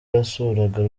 yasuraga